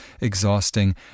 exhausting